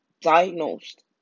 diagnosed